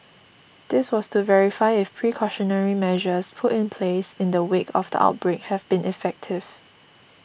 this was to verify if precautionary measures put in place in the wake of the outbreak have been effective